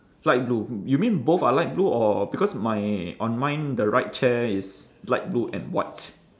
light blue you mean both are light blue or because my on mine the right chair is light blue and white